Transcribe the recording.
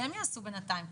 שהם יעשו בינתיים.